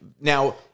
now